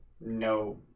no